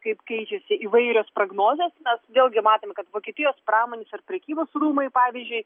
kaip keičiasi įvairios prognozės mes vėlgi matėm kad vokietijos pramonės ar prekybos rūmai pavyzdžiui